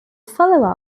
follow